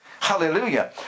hallelujah